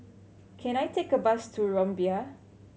can I take a bus to Rumbia